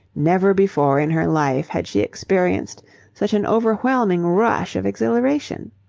never before in her life had she experienced such an overwhelming rush of exhilaration.